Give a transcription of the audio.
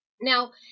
Now